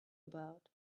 about